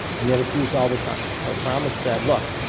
and yet it's used all the time. so promis said look,